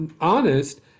honest